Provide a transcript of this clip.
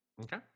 Okay